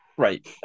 Right